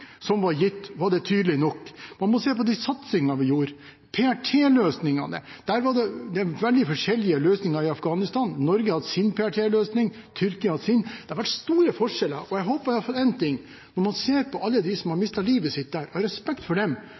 som var gitt – var det tydelig nok? Man må se på de satsingene vi gjorde, PRT-løsningene. Der var det veldig forskjellige løsninger i Afghanistan. Norge hadde sin PRT-løsning, Tyrkia hadde sin. Det har vært store forskjeller, og jeg håper iallfall én ting: Når man ser på alle dem som har mistet livet sitt der, og av respekt for dem,